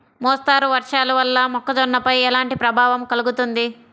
మోస్తరు వర్షాలు వల్ల మొక్కజొన్నపై ఎలాంటి ప్రభావం కలుగుతుంది?